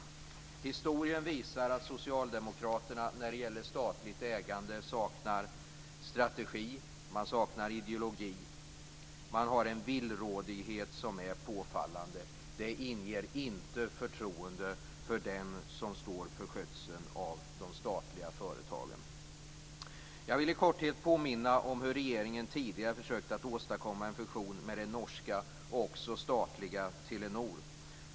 Historien visar att socialdemokraterna när det gäller statligt ägande saknar strategi och ideologi. De har en villrådighet som är påfallande. Det inger inte förtroende för den som står för skötseln av de statliga företagen. Jag vill i korthet påminna om hur regeringen tidigare försökt att åstadkomma en fusion med det norska också statliga Telenor.